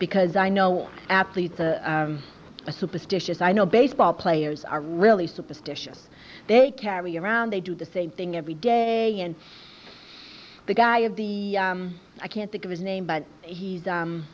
because i know athletes a superstitious i know baseball players are really superstitious they carry around they do the same thing every day and the guy of the i can't think of his name but he's